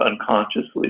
unconsciously